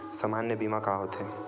सामान्य बीमा का होथे?